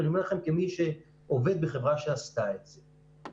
ואני אומר לכם כמי שעובד בחברה שעשתה את זה.